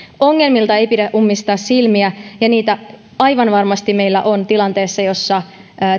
ongelmilta ei pidä ummistaa silmiä ja niitä aivan varmasti meillä on tilanteessa jossa